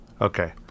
Okay